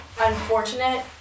unfortunate